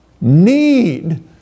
need